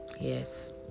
yes